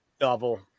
novel